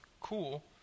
cool